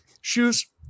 Shoes